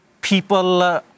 People